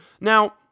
Now